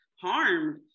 harmed